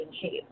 shape